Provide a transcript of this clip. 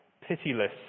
pitiless